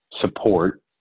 support